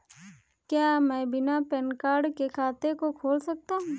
क्या मैं बिना पैन कार्ड के खाते को खोल सकता हूँ?